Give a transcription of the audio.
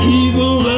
evil